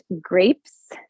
grapes